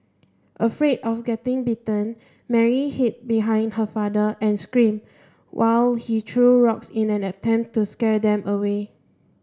afraid of getting bitten Mary hid behind her father and screamed while he threw rocks in an attempt to scare them away